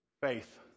Faith